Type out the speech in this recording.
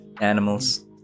Animals